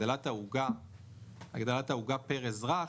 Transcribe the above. הגדלת העוגה פר אזרח,